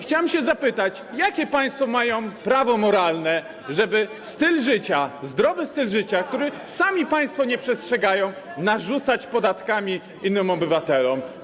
Chciałem zapytać: Jakie państwo mają prawo moralne, żeby zdrowy styl życia, którego sami państwo nie przestrzegają, narzucać podatkami innym obywatelom?